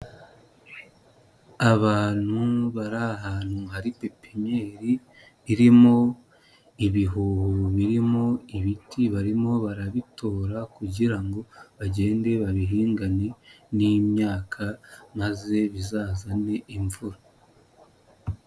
Abantu bari ahantu hari pepinyeri irimo ibihuha birimo ibiti barimo barabitora kugira ngo bagende babihingane n'imyaka maze bizazane imvura.